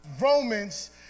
Romans